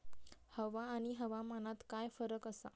हवा आणि हवामानात काय फरक असा?